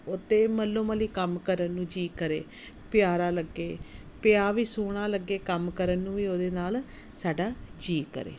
ਉਸਤੇ ਮੱਲੋ ਮਲੀ ਕੰਮ ਕਰਨ ਨੂੰ ਜੀ ਕਰੇ ਪਿਆਰਾ ਲੱਗੇ ਪਿਆ ਵੀ ਸੋਹਣਾ ਲੱਗੇ ਕੰਮ ਕਰਨ ਨੂੰ ਵੀ ਉਹਦੇ ਨਾਲ ਸਾਡਾ ਜੀ ਕਰੇ